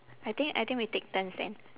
I think I think we take turns then